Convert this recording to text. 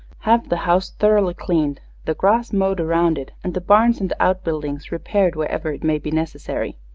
have the house thoroughly cleaned, the grass mowed around it and the barns and outbuildings repaired wherever it may be necessary.